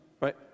right